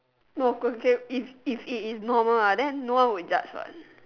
no if it is normal ah then no one will judge what